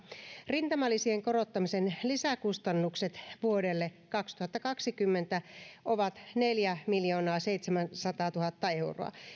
rintamalisien korottamisen lisäkustannukset vuodelle kaksituhattakaksikymmentä ovat neljämiljoonaaseitsemänsataatuhatta euroa